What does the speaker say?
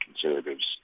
conservatives